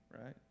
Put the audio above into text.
right